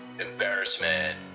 embarrassment